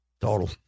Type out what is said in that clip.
total